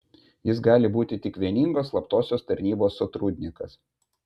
jis gali būti tik vieningos slaptosios tarnybos sotrudnikas